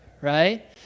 right